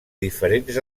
diferents